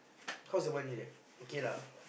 how's the money there okay lah